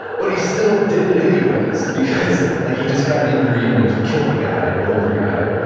but he still did it anyways, because like he just got angry and like he killed the guy, an older guy.